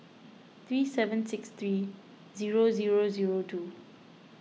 three seven six three zero zero zero two